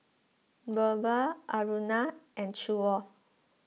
Birbal Aruna and Choor